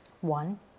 One